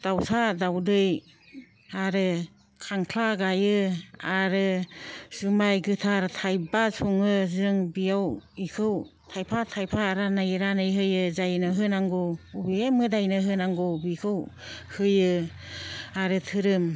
दाउसा दाउदै आरो खांख्ला गायो आरो जुमाइ गोथार थाइबा सङो जों बेयाव बेखौ थाइफा थाइफा रानै रानै होयो जायनो होनांगौ बबे मोदाइनो होनांगौ बेखौ होयो आरो धोरोम